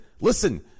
listen